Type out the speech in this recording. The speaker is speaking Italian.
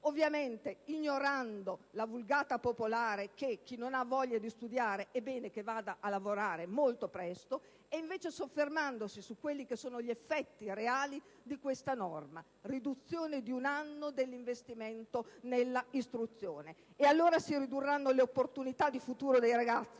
ovviamente ignorando la vulgata popolare secondo la quale chi non ha voglia di studiare è bene che vada a lavorare molto presto, soffermandosi invece sugli effetti reali di questa norma: riducendo di un anno l'investimento nell'istruzione si ridurranno le opportunità di futuro dei ragazzi,